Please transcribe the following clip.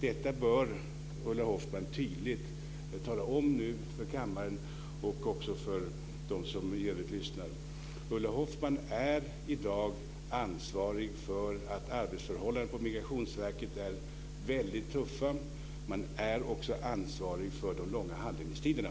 Detta bör Ulla Hoffmann tydligt tala om för kammaren och för dem som i övrigt lyssnar. Ulla Hoffmann är i dag ansvarig för att arbetsförhållandena på Migrationsverket är väldigt tuffa. Man är också ansvarig för de långa handläggningstiderna.